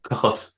God